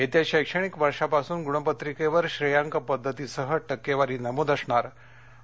येत्या शैक्षणिक वर्षापासून गुणपत्रिकेवर श्रेयांक पद्धतीसह टक्केवारीही नमूद असणार आणि